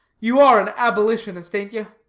you are an abolitionist, ain't you?